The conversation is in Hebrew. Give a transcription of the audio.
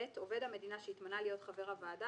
(ב) עובד המדינה שהתמנה להיות חבר הוועדה